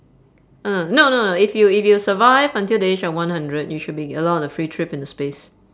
oh no no no no if you if you survive until the age of one hundred you should be allowed a free trip into space